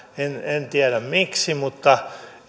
en en tiedä miksi mutta